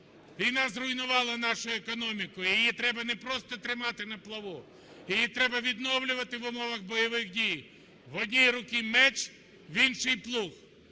війна зруйнувала нашу економіку, її треба не просто тримати на плаву, її треба відновлювати в умовах бойових дій: в одній руці – меч, в іншій – плуг.